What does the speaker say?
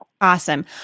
Awesome